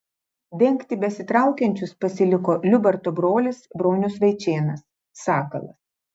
dengti besitraukiančius pasiliko liubarto brolis bronius vaičėnas sakalas